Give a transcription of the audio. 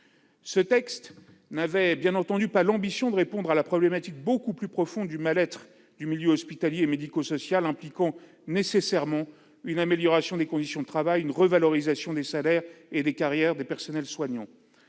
Ce texte n'avait bien entendu pas l'ambition de répondre à la problématique beaucoup plus profonde du mal-être du milieu hospitalier et médico-social, qui implique nécessairement une amélioration des conditions de travail et une revalorisation des salaires et des carrières des personnels soignants.